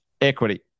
equity